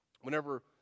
Whenever